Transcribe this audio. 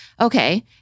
Okay